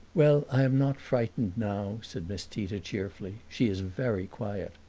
well, i am not frightened now, said miss tita cheerfully. she is very quiet.